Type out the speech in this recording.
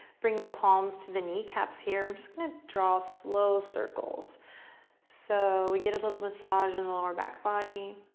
bring the palms to the kneecaps here, we're just gonna draw slow circles so we get a little massage in the lower back body.